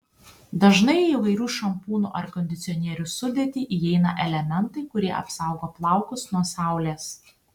dažnai į įvairių šampūnų ar kondicionierių sudėtį įeina elementai kurie apsaugo plaukus nuo saulės